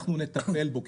אנחנו נטפל בו,